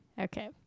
Okay